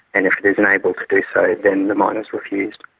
and if it is unable to do so then the mine is refused.